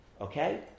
Okay